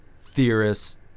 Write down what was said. theorists